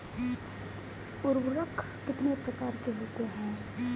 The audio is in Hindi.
उर्वरक कितने प्रकार के होते हैं?